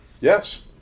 Yes